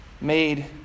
made